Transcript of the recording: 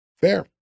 fair